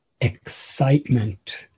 excitement